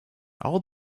all